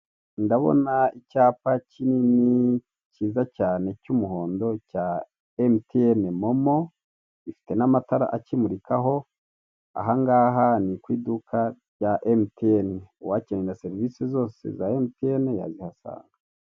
Ndabona icyapa kinini kiza cyane cy'umuhondo cya emutiyene momo gifite n'amatara akimurikaho, ahangaha ni ku iduka rya emutiyene uwakenera serivise zose za emutiyene yazihasanga.